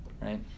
right